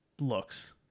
looks